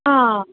हा